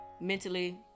mentally